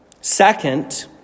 Second